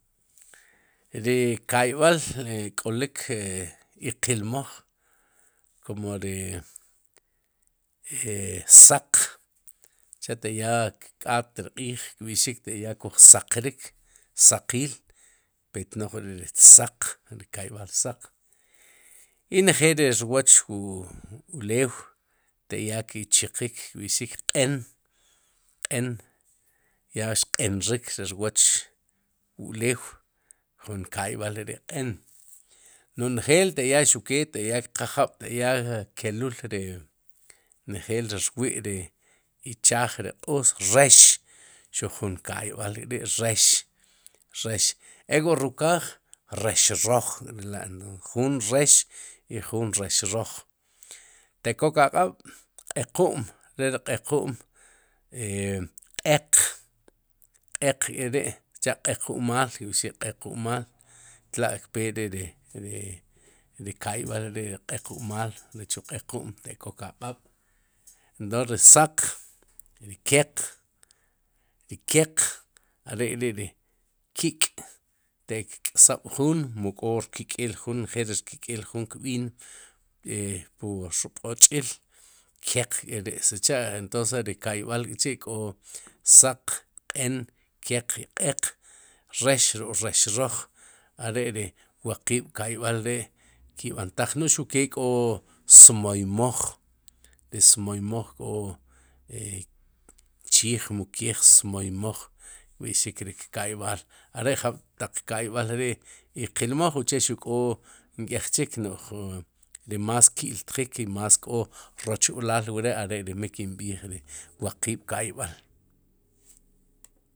Ri ka'yb'al ri k'olik e iqilmoj kum ri e saq chetaya taq kk'at ri q'iij kb'i'xik teya kuj saqrik saqiil petnaq re ri saq ri ka'yb'al saq i njeel ri rwoch ri ulew teya ki chiqik kb'i'xik q'en q'en ya xq'enxik ri rwoch ri ulew jun ka'yb'al re ri q'en no'j njeel teya xuke teya kqaaj jab' teya ke'lul ri njeel ri rwi'ri ichaaj ri q'oos rex chu jun ka'yb'al k'ri'rex rex ek'wu rukaaj rexrok k'rela' no'j jun rex i juun rex roj, te'kok aq'ab'q'eku'm re ri q'eku'm é q'eq q'eq kre ri' sicha'q'eku'maal kb'ixik q'eku'maal tla'kpe ri ri ri ri ka'yb'al q'eku'maal rech wu q'ekum te'kok aq'ab' do ri saq ri keq, ri keq arek'ri'ri kik' te'k k'sob'juun, mu k'o rk'okél juun njel ri rk'ik'el jun kb'in e pwu rb'och'il keq k'reri'sicha entonces si ka'yb'al k'chi' kó saq, q'en, keq, i q'eq, rex ruk'rex roj, are ri waqiib'ka'yb'a'ri ki'b'antaj nu'nxuq kee k'o smoymoj smoymoj k'o chiij mu keej smoymoj kb'ixik ri kka'yb'al are jab'taq ka'yb'al ri'iqilmoj uche xuq k'o nk'ej chik ri más ki'ltjik i más k'o rochplaal wre', are'ri mi kin b'iij ri'waqiib'ka'yb'al.